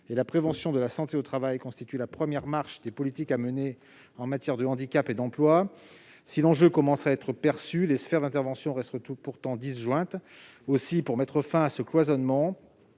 et la prévention en santé au travail constitue la première marche des politiques à mener en matière de handicap et d'emplois. Si l'enjeu commence à être perçu, les sphères d'intervention restent pourtant disjointes. Aussi, pour mettre fin à ce cloisonnement,